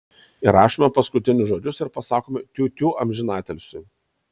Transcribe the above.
įrašome paskutinius žodžius ir pasakome tiutiū amžinatilsiui